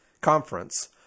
conference